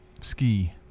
Ski